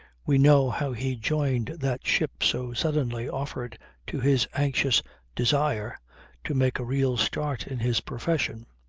we know how he joined that ship so suddenly offered to his anxious desire to make a real start in his profession.